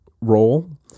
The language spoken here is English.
role